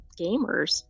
gamers